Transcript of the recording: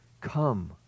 Come